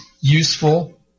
useful